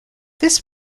this